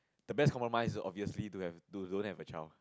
the best compromise obviously do have to don't have a child